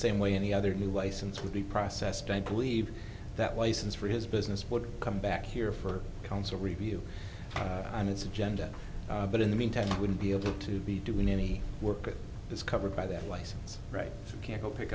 same way any other new license would be processed i believe that license for his business would come back here for counsel review on his agenda but in the meantime i wouldn't be able to be doing any work is covered by that license right can't go pick